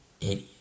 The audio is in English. idiot